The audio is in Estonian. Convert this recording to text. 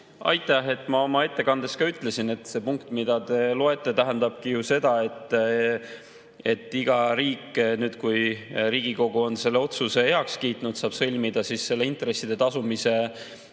Aitäh! Ma oma ettekandes ka ütlesin, et see punkt, mida te lugesite, tähendabki seda, et iga riik – nüüd, kui Riigikogu on selle otsuse heaks kiitnud – saab sõlmida intresside tasumise